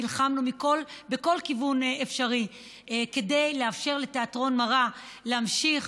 נלחמנו בכל כיוון אפשרי כדי לאפשר לתיאטרון מראה להמשיך